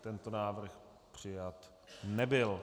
Tento návrh přijat nebyl.